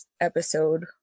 episode